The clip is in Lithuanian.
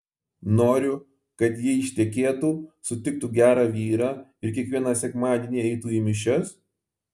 noriu kad ji ištekėtų sutiktų gerą vyrą ir kiekvieną sekmadienį eitų į mišias